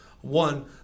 one